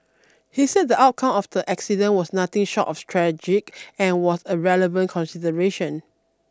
he said the outcome of the accident was nothing short of tragic and was a relevant consideration